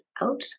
out